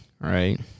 right